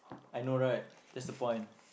I know right that's the point